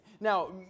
Now